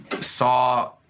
saw